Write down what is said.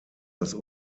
das